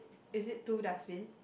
is it two dustbin